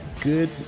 good